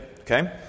okay